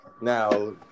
now